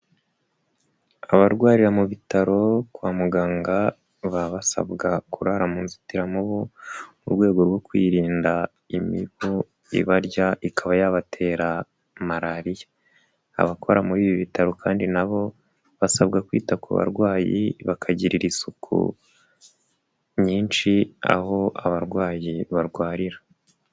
Abarwarira mu bitaro kwa muganga baba basabwa kurara mu nzitiramubu, mu rwego rwo kwirinda imibu ibarya, ikaba yabatera Malariya. Abakora muri ibi bitaro kandi na bo basabwa kwita ku barwayi, bakagirira isuku nyinshi aho abarwayi barwarira.